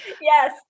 Yes